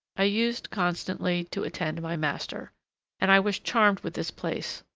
i used constantly to attend my master and i was charmed with this place.